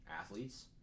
athletes